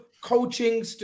coaching